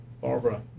Barbara